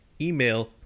email